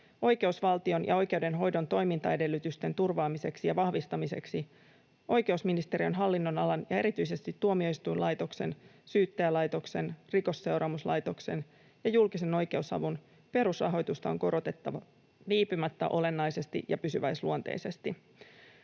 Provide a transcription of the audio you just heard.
”Oikeusvaltion ja oikeudenhoidon toimintaedellytysten turvaamiseksi ja vahvistamiseksi oikeusministeriön hallinnonalan ja erityisesti tuomioistuinlaitoksen, Syyttäjälaitoksen, Rikosseuraamuslaitoksen ja julkisen oikeusavun perusrahoitusta on korotettava viipymättä olennaisesti ja pysyväisluonteisesti.”